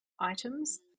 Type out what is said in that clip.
items